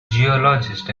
geologist